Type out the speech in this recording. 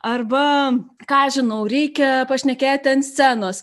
arba ką aš žinau reikia pašnekėti ant scenos